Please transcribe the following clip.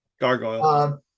Gargoyle